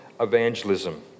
evangelism